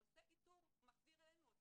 הוא עושה איתור, מחזיר אלינו אותם.